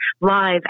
live